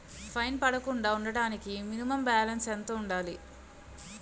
Fine పడకుండా ఉండటానికి minimum balance ఎంత ఉండాలి?